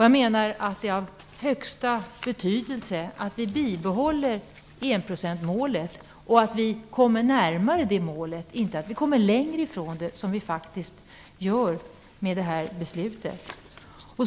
Jag menar att det är av största betydelse att vi bibehåller enprocentsmålet och att vi kommer närmare det målet - inte att vi kommer längre från det, som vi faktiskt gör med det här beslutet.